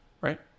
right